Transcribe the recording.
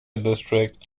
district